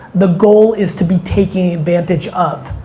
the goal is to be taken advantage of.